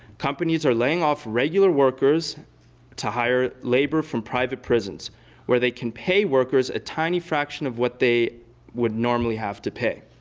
companies are laying off regular workers to hire labor from private prisons where they can pay workers a tiny fraction of what they would normally have to pay.